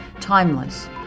timeless